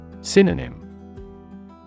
Synonym